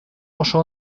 oso